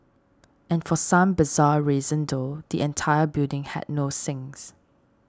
and for some bizarre reason though the entire building had no sinks